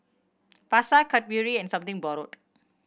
Pasar Cadbury and Something Borrowed